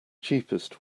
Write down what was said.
cheapest